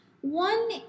One